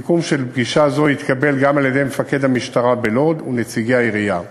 סיכום של פגישה זו התקבל גם על-ידי מפקד המשטרה בלוד ונציגי העירייה.